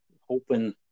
Hoping